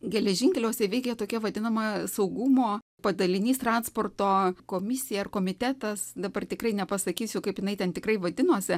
geležinkeliuose veikė tokia vadinama saugumo padalinys transporto komisija ar komitetas dabar tikrai nepasakysiu kaip jinai ten tikrai vadinosi